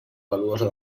valuosa